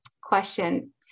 question